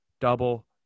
double